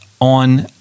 on